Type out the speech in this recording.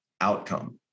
outcome